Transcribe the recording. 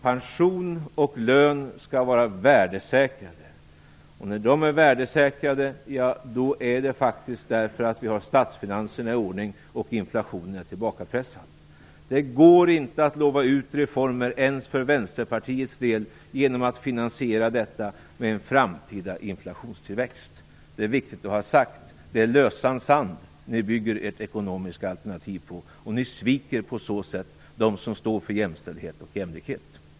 Pension och lön skall vara värdesäkrade. När de är värdesäkrade är det faktiskt därför att vi har statsfinanserna i ordning och inflationen är tillbakapressad. Det går inte att utlova reformer ens för Vänsterpartiets del och finansiera detta med en framtida inflationstillväxt. Det är viktigt att ha sagt; det är lösan sand ni bygger ert ekonomiska alternativ på. Ni sviker på så sätt dem som står för jämställdhet och jämlikhet.